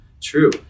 true